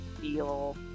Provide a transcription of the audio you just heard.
feel